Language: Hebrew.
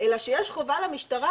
אלא שיש חובה למשטרה,